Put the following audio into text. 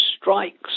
strikes